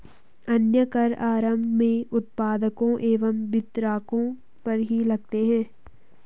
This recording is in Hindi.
अन्य कर आरम्भ में उत्पादकों एवं वितरकों पर ही लगते हैं